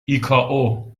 ایکائو